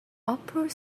upper